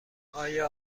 آیا